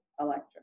electric